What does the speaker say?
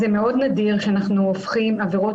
זה מאוד נדיר שאנחנו הופכים עבירות